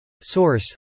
Source